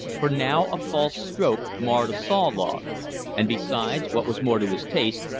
for now a false stroke marred a saw-log and besides, what was more to his taste,